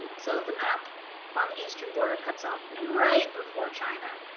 so the map on the eastern border cuts off right before china.